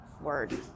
word